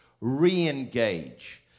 re-engage